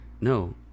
No